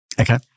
Okay